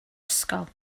ysgol